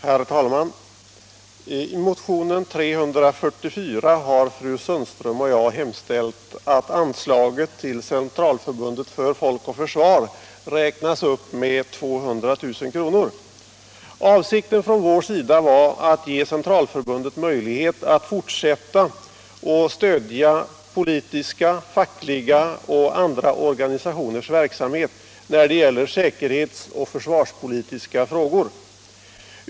: Herr talman! I motionen 344 har fru Sundström och jag hemställt att anslaget till Centralförbundet Folk och försvar räknas upp med 200 000 kr. Avsikten från vår sida var att ge Centralförbundet möjlighet att fortsätta att stödja politiska, fackliga och andra organisationers verksamhet när det gäller säkerhets och försvarspolitiska frågor.